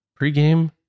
pregame